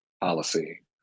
policy